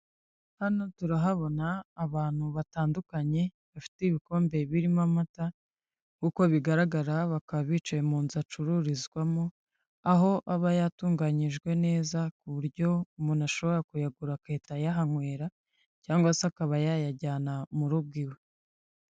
Hano turahabona abantu batandukanye bafite ibikombe birimo amata, nk'uko bigaragara bakaba bicaye mu nzu acururizwamo, aho aba yatunganyijwe neza ku buryo umuntu ashobora kuyagura agahita ayahanywera cyangwa se akaba yayajyana mu rugo iwe.